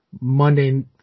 Monday